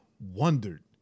Wondered